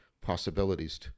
possibilities